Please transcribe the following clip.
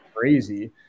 crazy